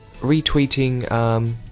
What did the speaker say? retweeting